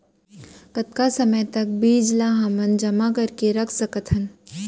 कतका समय तक बीज ला हमन जेमा करके रख सकथन?